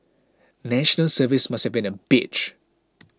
National Service must have been a bitch